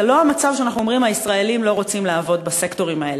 זה לא המצב שאנחנו אומרים: הישראלים לא רוצים לעבוד בתחומים האלה.